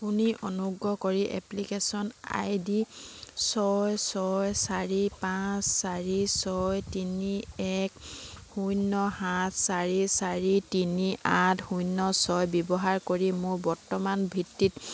আপুনি অনুগ্ৰহ কৰি এপ্লিকেচন আই ডি ছয় ছয় চাৰি পাঁচ চাৰি ছয় তিনি এক শূন্য সাত চাৰি চাৰি তিনি আঠ শূন্য ছয় ব্যৱহাৰ কৰি মোৰ বৰ্তমানভিত্তিত